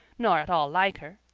nor at all like her.